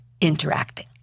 interacting